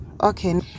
okay